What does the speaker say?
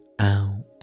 out